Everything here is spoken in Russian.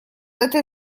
этой